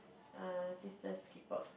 err sisters keeper